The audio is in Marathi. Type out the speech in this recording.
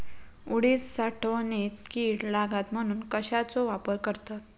उडीद साठवणीत कीड लागात म्हणून कश्याचो वापर करतत?